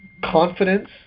confidence